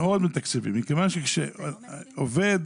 כשעובד